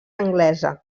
anglesa